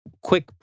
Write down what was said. quick